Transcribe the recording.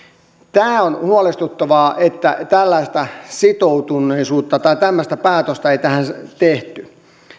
on huolestuttavaa että tällaista sitoutuneisuutta tai tämmöistä päätöstä ei tähän tehty